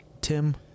Tim